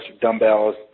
dumbbells